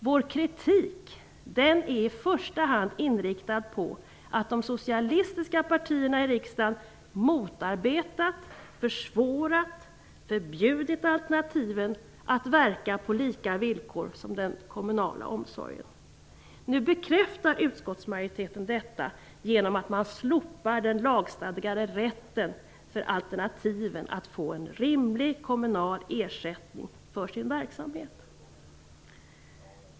Vår kritik är i första hand inriktad på att de socialistiska partierna i riksdagen har motarbetat, försvårat och förbjudit alternativen att verka på lika villkor som den kommunala omsorgen. Nu bekräftar utskottsmajoriteten detta genom att man slopar den lagstadgade rätten för alternativet att få en rimlig kommunal ersättning för sin verksamhet.